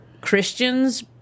Christian's